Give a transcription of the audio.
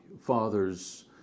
fathers